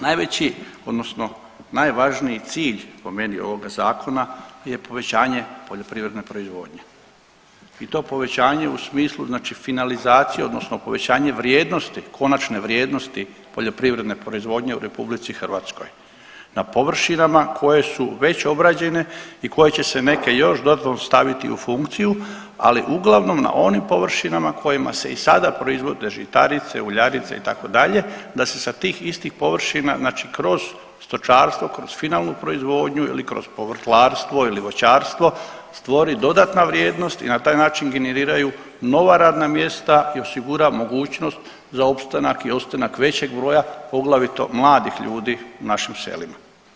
Najveći odnosno najvažniji cilj po meni ovoga zakona je povećanje poljoprivredne proizvodnje i to povećanje u smislu znači finalizacije odnosno povećanje vrijednosti, konačne vrijednosti poljoprivredne proizvodnje u RH na površinama koje su već obrađene i koje će se neke još dodatno staviti u funkciju, ali uglavnom na onim površinama na kojima se i sada proizvode žitarice, uljarice itd. da se sa tih istih površina znači kroz stočarstvo, kroz finalnu proizvodnju ili kroz povrtlarstvo ili voćarstvo stvori dodatna vrijednost i na taj način generiraju nova radna mjesta i osigura mogućnost za opstanak i ostanak većeg broja poglavito mladih ljudi u našim selima.